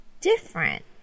different